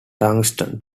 tungsten